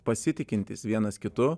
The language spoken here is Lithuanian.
pasitikintys vienas kitu